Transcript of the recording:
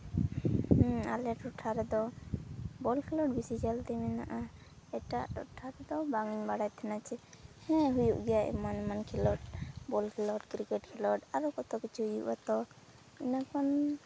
ᱦᱮᱸ ᱟᱞᱮ ᱴᱚᱴᱷᱟ ᱨᱮᱫᱚ ᱵᱚᱞ ᱠᱷᱮᱞᱳᱰ ᱵᱮᱥᱤ ᱪᱚᱞᱛᱤ ᱢᱮᱱᱟᱜᱼᱟ ᱮᱴᱟᱜ ᱴᱚᱴᱷᱟ ᱨᱮᱫᱚ ᱵᱟᱹᱧ ᱵᱟᱲᱟᱭ ᱛᱟᱦᱮᱱᱟ ᱡᱮ ᱦᱮᱸ ᱦᱩᱭᱩᱜ ᱜᱮᱭᱟ ᱮᱢᱟᱱ ᱮᱢᱟᱱ ᱠᱷᱮᱞᱳᱰ ᱵᱚᱞ ᱠᱷᱮᱞᱳᱰ ᱠᱨᱤᱠᱮᱴ ᱠᱷᱮᱞᱳᱰ ᱟᱨᱚ ᱠᱚᱛᱚ ᱠᱤᱪᱷᱩ ᱦᱩᱭᱩᱜᱼᱟ ᱛᱚ ᱤᱱᱟᱹᱠᱷᱚᱱ